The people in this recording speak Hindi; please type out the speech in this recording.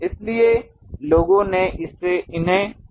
इसलिए लोगों ने इन्हें सारणीबद्ध किया है